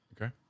Okay